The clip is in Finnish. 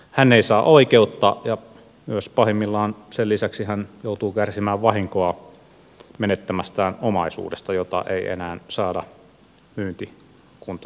hän ei saa oikeutta ja myös pahimmillaan sen lisäksi hän joutuu kärsimään vahinkoa menettämästään omaisuudesta jota ei enää saada myyntikuntoisena takaisin